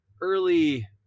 early